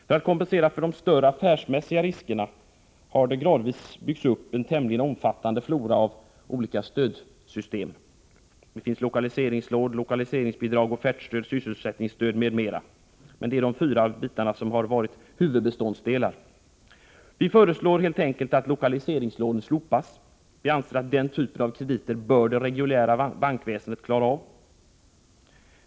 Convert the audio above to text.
För att kompensera de större affärsmässiga riskerna har det gradvis byggts upp en tämligen omfattande flora av olika stödsystem — lokaliseringslån, lokaliseringsbidrag, offertstöd och sysselsättningsstöd, m.m. Dessa fyra delar har varit huvudbeståndsdelar. Vi föreslår helt enkelt att lokaliseringslånen slopas. Vi anser att denna typ av krediter bör det reguljära bankväsendet kunna klara av.